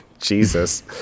jesus